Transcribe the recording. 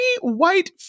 white